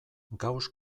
gauss